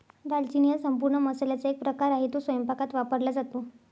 दालचिनी हा संपूर्ण मसाल्याचा एक प्रकार आहे, तो स्वयंपाकात वापरला जातो